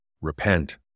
Repent